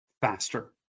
faster